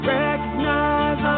recognize